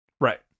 Right